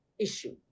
Issue